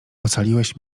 ocaliłeś